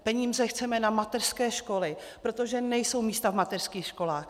Peníze chceme na mateřské školy, protože nejsou místa v mateřských školách.